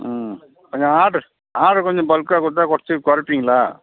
ம் கொஞ்சம் ஆட்ரு ஆட்ரு கொஞ்சம் பல்க்கா கொடுத்தா குறச்சி குறைப்பீங்களா